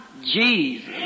Jesus